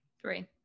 Three